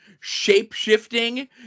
shape-shifting